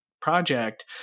project